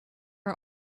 are